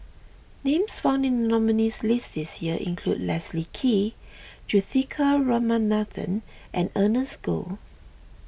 names found in the nominees' list this year include Leslie Kee Juthika Ramanathan and Ernest Goh